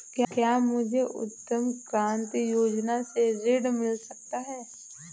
क्या मुझे उद्यम क्रांति योजना से ऋण मिल सकता है?